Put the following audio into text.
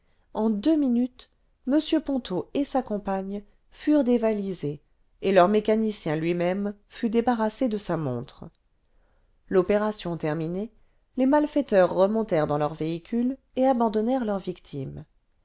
en deux minutes m ponto et sa compagne furent dévalisés et leur mécanicien lui-même fut débarrassé de sa montre l'opération terminée les malfaiteurs remontèrent dans leur véhicule et abandonnèrent leurs victimes